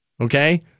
okay